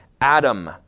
Adam